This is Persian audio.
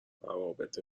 روابط